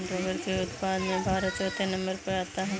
rubber के उत्पादन में भारत चौथे नंबर पर आता है